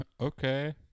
Okay